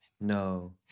No